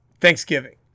thanksgiving